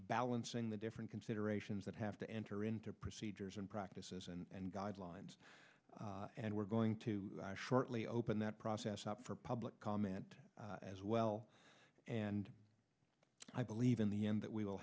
balancing the different considerations that have to enter into procedures and practices and guidelines and we're going to shortly open that process up for public comment as well and i believe in the end that we will